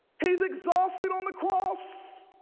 he's exhausted on the cross